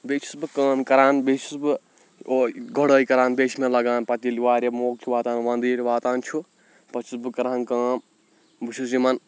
بیٚیہِ چھُس بہٕ کٲم کران بیٚیہِ چھُس بہٕ گُڑٲے کران بیٚیہِ چھُ مےٚ لگان پَتہٕ ییٚلہِ واریاہ موقعہٕ چھِ واتان وَنٛدٕ ییٚلہِ واتان چھُ پَتہٕ چھُس بہٕ کران کٲم بہٕ چھُس یِمن